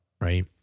Right